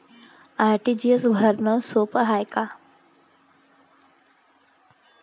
RTGS भरनं सोप हाय का?